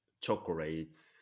chocolates